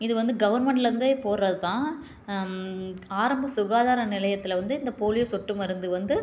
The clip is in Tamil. இது வந்து கவர்மெண்ட்ல இருந்தே போடுகிறது தான் ஆரம்ப சுகாதார நிலையத்தில் வந்து இந்த போலியோ சொட்டு மருந்து வந்து